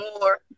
more